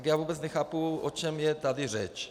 Já vůbec nechápu, o čem je tady řeč.